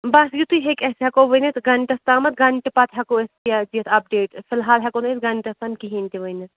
بس یُتُے ہیٚکو أسۍ ہیٚکو ؤنِتھ گَنٛٹَس تامَ گَنٛٹہٕ پَتہٕ ہیٚکو أسۍ یہِ حظ یہِ دِتھ اَپڈیٚٹ فِلحال ہیٚکو نہٕ أسۍ گَنٛٹَس تام کِہیٖنٛۍ تہِ ؤنِتھ